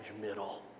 middle